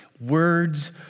Words